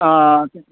অঁ